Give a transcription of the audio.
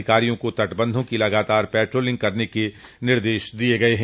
अधिकारियों को तटबंधों की लगातार पेट्रोलिंग करने के निर्देश दिये गये हैं